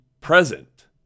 present